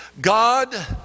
God